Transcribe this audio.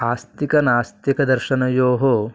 आस्तिकनास्तिकदर्शनयोः